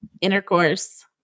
intercourse